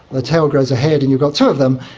the tail grows a head and you've got two of them,